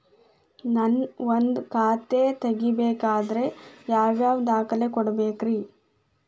ನಾನ ಒಂದ್ ಖಾತೆ ತೆರಿಬೇಕಾದ್ರೆ ಯಾವ್ಯಾವ ದಾಖಲೆ ಕೊಡ್ಬೇಕ್ರಿ?